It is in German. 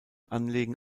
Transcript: anlegen